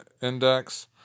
index